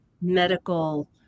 medical